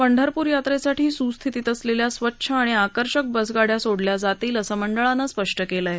पंढरपूर यात्रेसाठी सुस्थितीत असलेल्या स्वच्छ आणि आकर्षक बसगाड्या सोडल्या जातील असं मंडळानं स्पष्ट केलं आहे